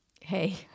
hey